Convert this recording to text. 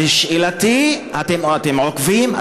שאלתי: אתם עוקבים?